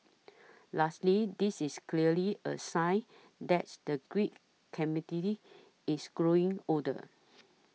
lastly this is clearly a sign that's the geek is growing older